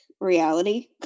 reality